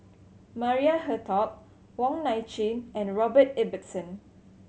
Maria Hertogh Wong Nai Chin and Robert Ibbetson